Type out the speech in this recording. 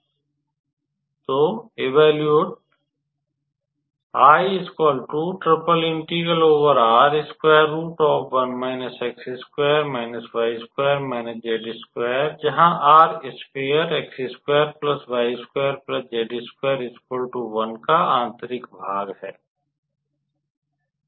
तो उदाहरण 3 इवेल्यूट जहां R स्फेयर का आंतरिक भाग है